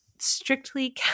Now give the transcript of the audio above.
strictly